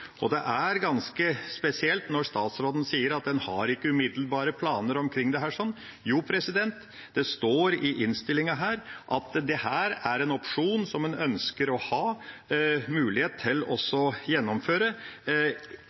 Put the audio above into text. lønnsmottakere. Det er ganske spesielt når statsråden sier at en ikke har umiddelbare planer omkring dette. Jo, det står i innstillingen at dette er en opsjon som en ønsker å ha mulighet til å gjennomføre